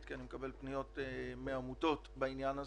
כי אני מקבל פניות מעמותות בעניין הזה.